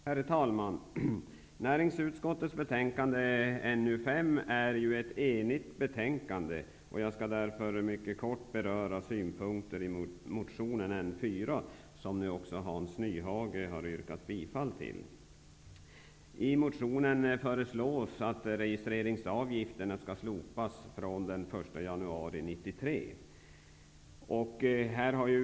Herr talman! Näringsutskottets betänkande, NU5, är ett enigt betänkande. Jag skall därför mycket kortfattat beröra synpunkter i motion N4, som också Hans Nyhage har yrkat bifall till. I motionen föreslås att registreringsavgifterna skall slopas från den 1 januari 1993.